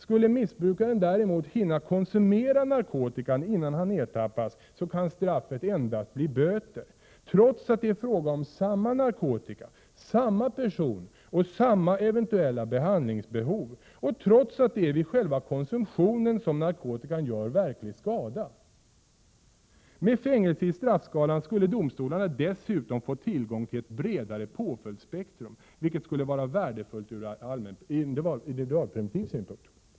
Skulle missbrukaren däremot hinna konsumera narkotikan innan han ertappas kan straffet endast bli böter, trots att det är fråga om samma narkotika, samma person och samma eventuella behandlingsbehov och trots att det är vid själva konsumtionen som narkotikan gör verklig skada. Med fängelse i straffskalan skulle domstolarna dessutom få tillgång till ett bredare påföljdsspektrum, vilket skulle vara värdefullt ur individualpreventiv synpunkt.